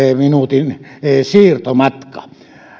minuutin siirtomatka